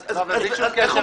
אבל בלי שום קשר,